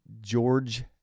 George